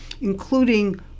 including